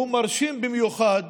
הוא מרשים במיוחד